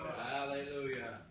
Hallelujah